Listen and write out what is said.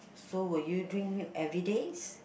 so will you drink milk everyday's